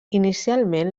inicialment